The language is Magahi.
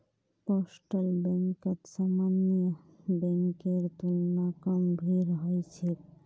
पोस्टल बैंकत सामान्य बैंकेर तुलना कम भीड़ ह छेक